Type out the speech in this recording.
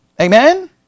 Amen